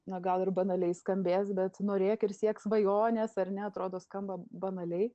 na gal ir banaliai skambės bet norėk ir siek svajonės ar ne atrodo skamba banaliai